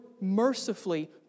mercifully